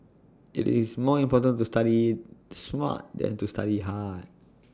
IT is more important to study smart than to study hard